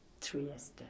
Trieste